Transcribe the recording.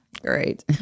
Great